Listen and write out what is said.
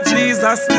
Jesus